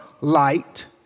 light